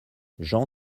jean